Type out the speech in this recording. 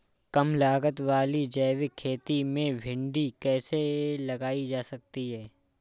कम लागत वाली जैविक खेती में भिंडी कैसे लगाई जा सकती है?